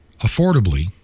affordably